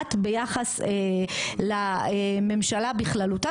אחת ביחס לממשלה בכללותה,